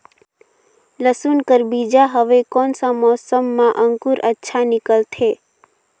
लसुन कर बीजा हवे कोन सा मौसम मां अंकुर अच्छा निकलथे?